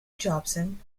jobson